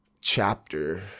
chapter